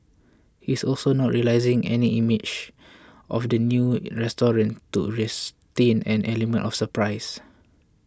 he's also not releasing any images of the new restaurant to retain an element of surprise